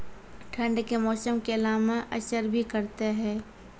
ठंड के मौसम केला मैं असर भी करते हैं?